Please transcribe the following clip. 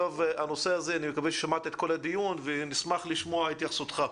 אני מקווה ששמעת את כל הדיון ונשמח לשמוע את התייחסותך.